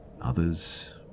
others